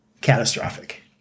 catastrophic